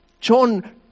John